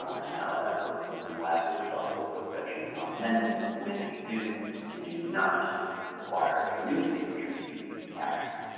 and how that works. and then lastly there's also a little section on amendments and when we do and do not require a new signature to be captured.